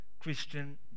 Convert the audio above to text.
Christian